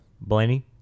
Blaney